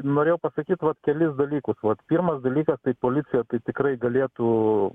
norėjau pasakyt va kelis dalykus va pirmas dalykas tai policija tai tikrai galėtų